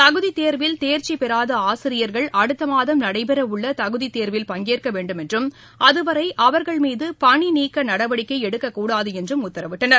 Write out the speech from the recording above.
தகுதி தேர்வில் தேர்ச்சி பெறாத ஆசிரியர்கள் அடுத்த மாதம் நடைபெறவுள்ள தகுதி தேர்வில் பங்கேற்க வேண்டும் என்றும் அதுவரை அவர்கள் மீது பணிநீக்க நடவடிக்கை எடுக்கக்கூடாது என்றும் உத்தரவிட்டனர்